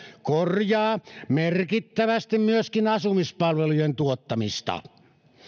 korjaa merkittävästi myöskin asumispalvelujen tuottamista